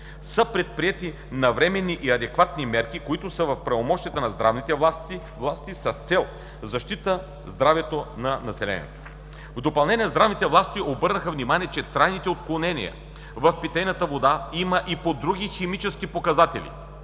са предприети навременни и адекватни мерки, които са в правомощията на здравните власти, с цел защита на здравето на населението. В допълнение здравните власти обърнаха внимание, че трайните отклонения в качеството на питейната вода има и по други химични показатели: